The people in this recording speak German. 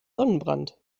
sonnenbrand